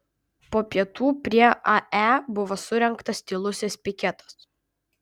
po pietų prie ae buvo surengtas tylusis piketas